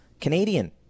Canadian